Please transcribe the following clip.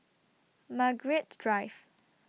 Margaret Drive